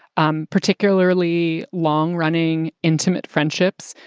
um particularly long running, intimate friendships,